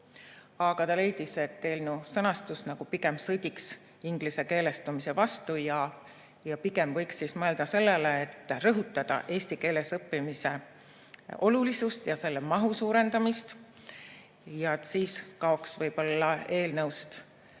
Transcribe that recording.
aga leidis, et eelnõu sõnastus nagu sõdiks ingliskeelestumise vastu ja pigem võiks mõelda sellele, et rõhutada eesti keeles õppimise olulisust ja selle mahu suurendamist, siis kaoks eelnõust